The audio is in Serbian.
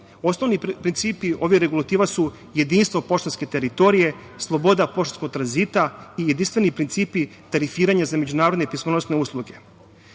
principi ovih regulativa su jedinstvo poštanske teritorije, sloboda poštanskog tranzita i jedinstveni principi tarifiranja za međunarodne pismonosne usluge. Značaj